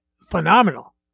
phenomenal